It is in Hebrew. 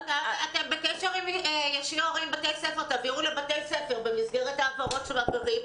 אתם בקשר ישיר עם בתי-הספר תעבירו לבתי-ספר במסגרת העברות של אחרים.